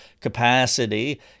capacity